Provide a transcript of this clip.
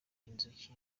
inzuki